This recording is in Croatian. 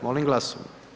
Molim glasujmo.